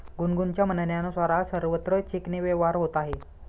गुनगुनच्या म्हणण्यानुसार, आज सर्वत्र चेकने व्यवहार होत आहे